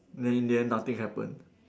then in the end nothing happen